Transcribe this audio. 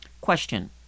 Question